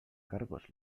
cargos